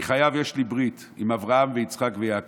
אני חייב, יש לי ברית עם אברהם, יצחק ויעקב